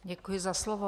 Děkuji za slovo.